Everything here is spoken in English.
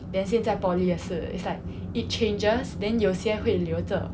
then 现在 poly 也是 it's like it changes then 有些会留着